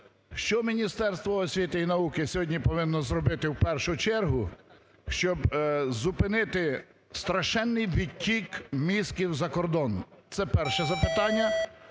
що Міністерство освіти і науки сьогодні повинно зробити в першу чергу, щоб зупинити страшенний відтік мізків за кордон? Це перше запитання.